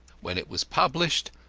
when it was published,